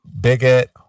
Bigot